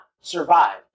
survive